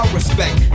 respect